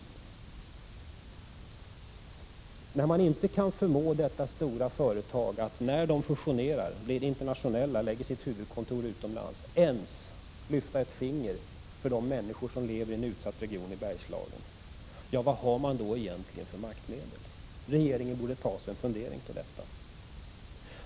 Regeringen kan inte förmå detta stora företag, när det fusionerar, blir internationellt och förlägger sitt huvudkontor till utlandet, att ens lyfta ett finger för de människor som lever i en utsatt region i Bergslagen. Regeringen borde fundera över vilka maktmedel man egentligen har.